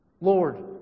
Lord